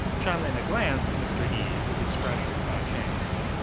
chanlina glanced at mr. yi, whose expression had not changed.